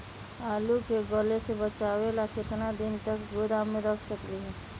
आलू के गले से बचाबे ला कितना दिन तक गोदाम में रख सकली ह?